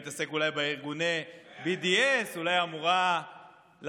אולי להתעסק בארגוני BDS, אולי היא אמורה לעשות